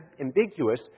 ambiguous